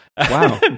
Wow